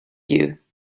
you